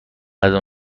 غذا